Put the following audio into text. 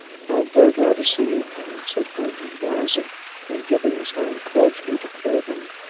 i am very glad to see you, harry, said burton, rising and giving his hand cordially to clavering.